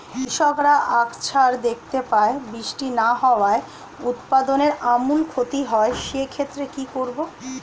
কৃষকরা আকছার দেখতে পায় বৃষ্টি না হওয়ায় উৎপাদনের আমূল ক্ষতি হয়, সে ক্ষেত্রে কি করব?